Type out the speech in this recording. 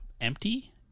empty